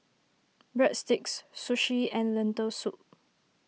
Breadsticks Sushi and Lentil Soup